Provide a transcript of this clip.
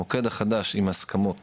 המוקד החדש עם הסכמות